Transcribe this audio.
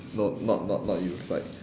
no not not not you is like